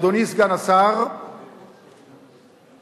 אדוני סגן השר, לצערי,